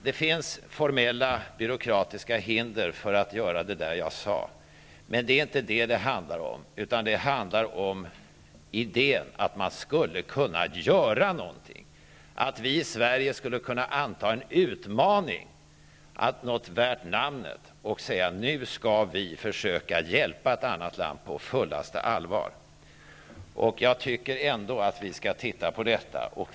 Det finns formella byråkratiska hinder för att åstadkomma det där som jag talade om, men det handlar inte om det, utan det handlar om idéen att man skulle kunna göra någonting, att vi i Sverige skulle kunna anta en utmaning om någonting som är värt namnet och säga att vi nu på fullaste allvar skall försöka hjälpa ett annat land. Jag tycker ändå att vi skall titta på detta.